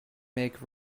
make